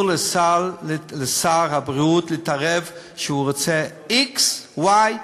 אסור לשר הבריאות להתערב שהוא רוצה x,y ,